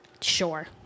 Sure